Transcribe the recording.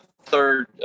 third